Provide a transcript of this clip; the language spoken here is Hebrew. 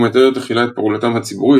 הוא מתאר תחילה את פעולתם הציבורית,